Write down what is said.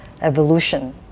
evolution